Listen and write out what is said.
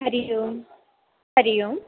हरिः ओम् हरिः ओम्